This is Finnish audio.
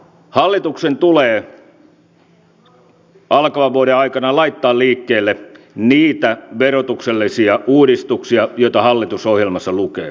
hallituksen tulee alkavan vuoden aikana laittaa liikkeelle niitä verotuksellisia uudistuksia joita hallitusohjelmassa lukee